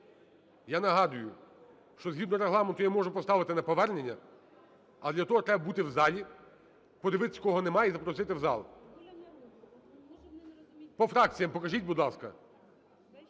Я нагадую, що згідно Регламенту я можу поставити на повернення, а для того треба бути в залі. Подивитися, кого нема, і запросіть в зал. По фракціях покажіть, будь ласка.